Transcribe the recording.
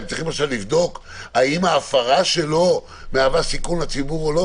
הם צריכים עכשיו לבדוק האם ההפרה שלו מהווה סיכון לציבור או לא?